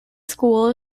school